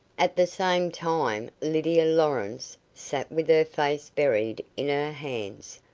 at the same time lydia lawrence sat with her face buried in her hands,